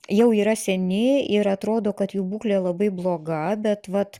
jau yra seni ir atrodo kad jų būklė labai bloga bet vat